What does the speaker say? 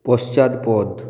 পশ্চাৎপদ